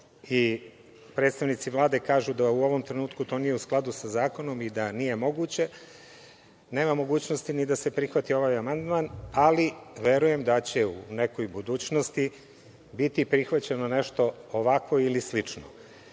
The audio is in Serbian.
i predstavnici Vlade kažu a u ovom trenutku to nije u skladu sa zakonom i da nije moguće, nema mogućnosti ni da se prihvati ovaj amandman, ali verujem da će u nekoj budućnosti biti prihvaćeno nešto ovako ili slično. Hteo